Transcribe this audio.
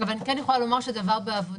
אבל אני כן יכולה לומר שהדבר בעבודה.